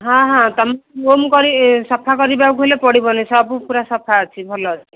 ହଁ ହଁ ତୁମ ଫୋନ୍ କରି ସଫା କରିବାକୁ ହେଲେ ପଡ଼ିବନି ସବୁ ପୁରା ସଫା ଅଛି ଭଲ